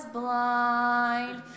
blind